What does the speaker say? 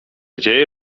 dzieje